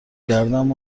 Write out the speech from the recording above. کردم